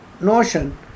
notion